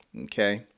Okay